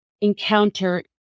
encounter